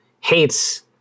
hates